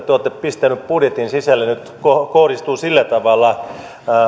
te olette pistäneet budjetin sisälle nyt kohdistuvat sillä tavalla